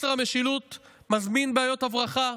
מזמין בעיות הברחה,